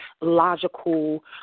logical